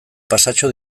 pasatxo